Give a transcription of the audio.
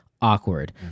awkward